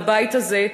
לבית הזה,